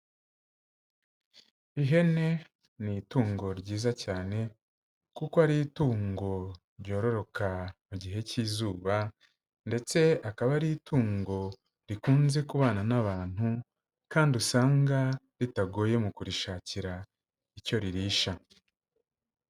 Ihene ni itungo ryiza cyane kuko ari itungo ryororoka mu gihe cy'izuba, ndetse akaba ari itungo rikunze kubana n'abantu, kandi usanga ritagoye mu kurishakira icyo ririsha.